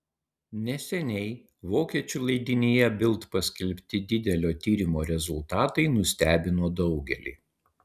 neseniai vokiečių leidinyje bild paskelbti didelio tyrimo rezultatai nustebino daugelį